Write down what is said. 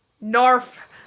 narf